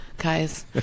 guys